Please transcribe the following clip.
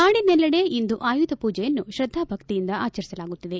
ನಾಡಿನೆಲ್ಲೆಡೆ ಇಂದು ಆಯುಧ ಪೂಜೆಯನ್ನು ತ್ರದ್ದಾಭಕ್ತಿಯಿಂದ ಆಚರಿಸಲಾಗುತ್ತಿದೆ